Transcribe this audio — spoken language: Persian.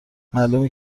معلومه